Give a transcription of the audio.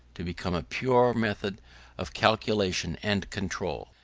to become a pure method of calculation and control.